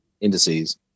indices